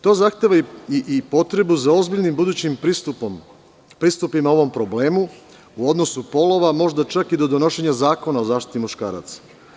To zahteva i potrebu za ozbiljnim budućim pristupom ovom problemu, u odnosu polova, čak možda i do donošenja zakona o zaštiti muškaraca.